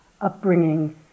upbringing